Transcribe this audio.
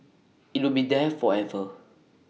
IT will be there forever